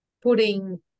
putting